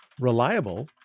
Reliable